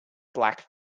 black